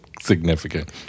significant